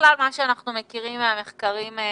ובכלל מה שאנחנו מכירים מהמחקרים שקיימים.